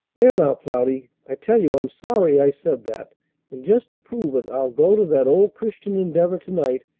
there now, cloudy! i tell you i'm sorry i said that and just to prove it i'll go to that old christian endeavor to-night,